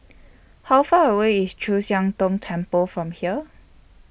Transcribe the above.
How Far away IS Chu Siang Tong Temple from here